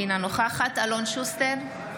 אינה נוכחת אלון שוסטר,